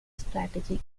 strategy